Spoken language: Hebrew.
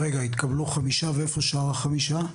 רגע, התקבלו חמישה ואיפה שאר החמישה?